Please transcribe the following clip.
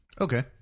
Okay